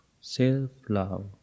Self-love